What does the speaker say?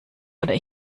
oder